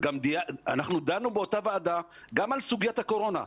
אנחנו דנו באותה ועדה גם על סוגיית הקורונה,